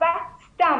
כתקיפה סתם,